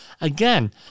Again